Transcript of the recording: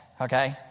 okay